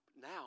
now